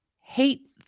hate